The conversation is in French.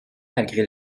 malgré